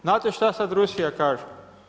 Znate što sad Rusija kaže?